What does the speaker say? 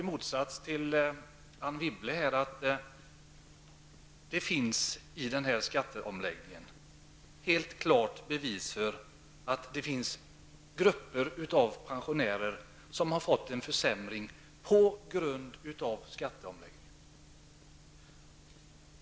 I motsats till Anne Wibble vill jag påstå att det finns grupper av pensionärer som har fått det sämre på grund av skatteomläggningen.